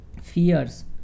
fears